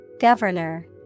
Governor